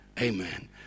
Amen